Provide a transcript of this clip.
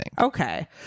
Okay